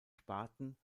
sparten